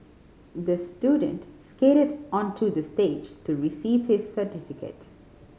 the student skated onto the stage to receive his certificate